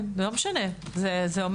זה אומר